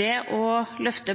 Det å løfte